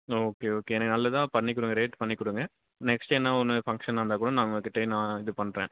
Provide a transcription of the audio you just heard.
okay okay எனக்கு நல்லதாக பண்ணிக் கொடுங்க ரேட் பண்ணிக் கொடுங்க நெக்ஸ்ட்டு என்ன ஒன்று ஃபங்க்ஷன் வந்தால் கூட நான் உங்கக் கிட்டையே நான் இது பண்ணுறேன்